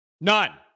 None